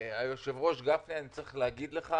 היושב ראש גפני, אני צריך לומר לך